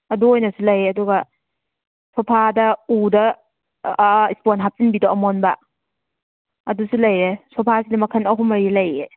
ꯑꯗꯨ ꯑꯣꯏꯅꯁꯨ ꯂꯩꯌꯦ ꯑꯗꯨꯒ ꯁꯣꯐꯥꯗ ꯎꯗ ꯏꯁꯄꯣꯟ ꯍꯥꯞꯆꯤꯟꯕꯤꯗꯣ ꯑꯃꯣꯟꯕ ꯑꯗꯨꯁꯨ ꯂꯩꯔꯦ ꯁꯣꯐꯥꯁꯤꯗꯤ ꯃꯈꯟ ꯑꯍꯨꯝ ꯃꯔꯤ ꯂꯩꯌꯦ